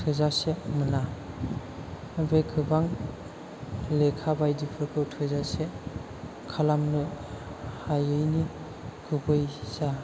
थोजासे मोना बे गोबां लेखा बायदिफोरखौ थोजासे खालामनो हायैनि गुबै जा